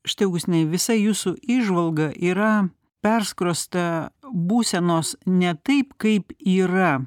štai augustinai visa jūsų įžvalga yra perskrosta būsenos ne taip kaip yra